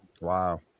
Wow